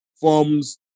forms